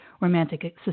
romantic